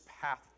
path